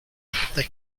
they